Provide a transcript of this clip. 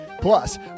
Plus